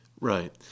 Right